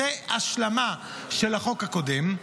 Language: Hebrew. אז זו השלמה של החוק הקודם,